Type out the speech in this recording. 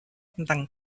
tentang